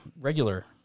regular